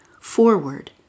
forward